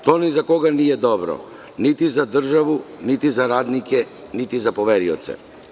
To ni za koga nije dobro, niti za državu, niti za radnike, niti za poverioce.